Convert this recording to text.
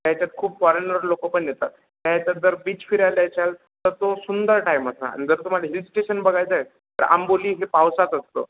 त्या ह्याच्यात खूप फॉरेनर लोकं पण येतात त्या ह्याच्यात जर बीच फिरायला येतात तर तो सुंदर टाईम असा आणि जर तुम्हाला हिल स्टेशन बघायचं आहे तर आंबोली हे पावसात असतं